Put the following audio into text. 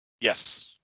Yes